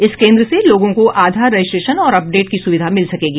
इस केन्द्र से लोगों को आधार रजिस्ट्रेशन और अपडेट की सुविधा मिल सकेगी